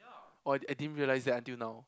oh I I didn't realise that until now